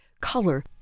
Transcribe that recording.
color